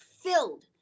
filled